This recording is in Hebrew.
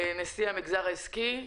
נשיא המגזר העסקי.